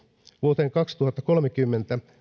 vuoteen kaksituhattakolmekymmentä